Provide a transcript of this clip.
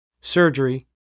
surgery